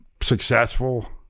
successful